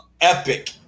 epic